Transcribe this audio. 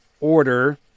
order